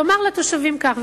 תאמר לתושבים כך: